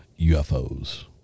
UFO's